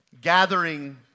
gathering